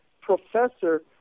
professor